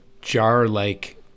jar-like